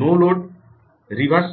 no load reverse